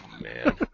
Man